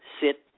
sit